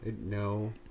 No